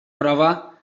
prova